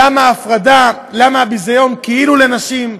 למה ההפרדה, למה הביזיון, כאילו, לנשים.